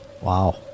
Wow